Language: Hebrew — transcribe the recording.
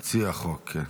מציע החוק,